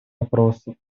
вопросов